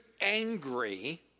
angry